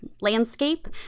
landscape